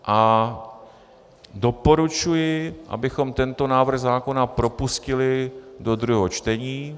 A doporučuji, abychom tento návrh zákona propustili do druhého čtení.